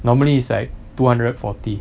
normally is like two hundred forty